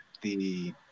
the-